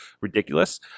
ridiculous